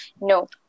No